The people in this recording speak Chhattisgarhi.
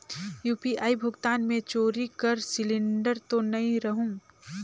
यू.पी.आई भुगतान मे चोरी कर सिलिंडर तो नइ रहु?